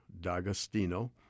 D'Agostino